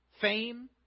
fame